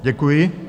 Děkuji.